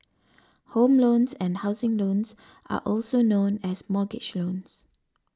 home loans and housing loans are also known as mortgage loans